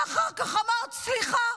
ואחר כך אמרת: סליחה,